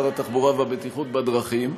שר התחבורה והבטיחות בדרכים.